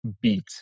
beat